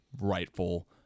rightful